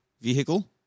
vehicle